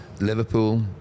Liverpool